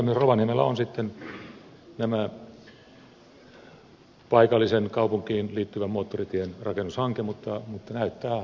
myös rovaniemellä on sitten paikallisen kaupunkiin liittyvän moottoritien rakennushanke mutta näyttää kuulemma hankalalta